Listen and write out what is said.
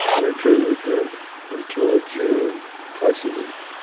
and i trained with him until june twice a week,